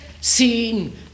seen